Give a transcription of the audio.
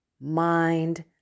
mind